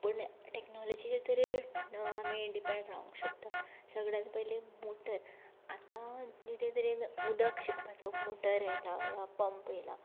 पूण टेक्नोलॉजीचेर तरी आमी डिपेंड रावूंक शकता सगल्यान पयलीं मोटर आतां कितें तरी उदक शिंपपाचो मोटर आयला वा पंप आयला